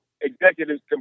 executives